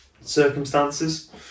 circumstances